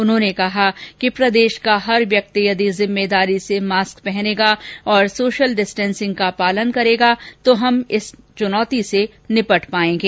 उन्होंने कहा कि प्रदेश का हर व्यक्ति यदि जिम्मेदारी से मास्क पहनेगा तथा सोशल डिस्टेन्सिंग का पालन करेगा तो हम इस चुनौती से निपट पायेंगे